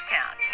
Town